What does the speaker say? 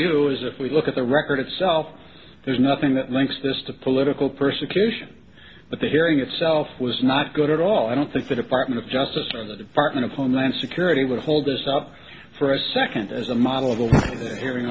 you is if we look at the record itself there's nothing that links this to political persecution but the hearing itself was not good at all i don't think the department of justice or the department of homeland security would hold this up for a second as a model of a hearing